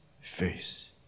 face